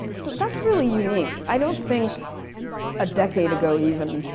so that's really unique. i don't think a decade ago, even,